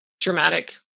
dramatic